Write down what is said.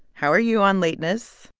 how are you on lateness?